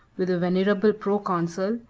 with the venerable proconsul,